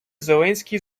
зеленський